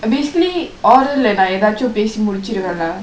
basically oral நா எதாச்சு பேசி முடுச்சுருவே:naa edaachu pesi muduchuruve lah